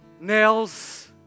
nails